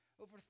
over